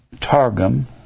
Targum